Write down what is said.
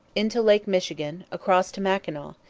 into lake michigan, across to mackinaw,